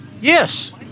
Yes